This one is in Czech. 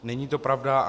Není to pravda.